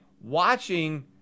watching